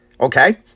Okay